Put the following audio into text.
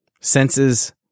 senses